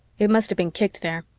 it must have been kicked there.